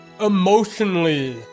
emotionally